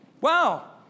Wow